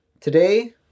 Today